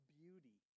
beauty